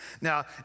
Now